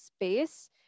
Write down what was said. space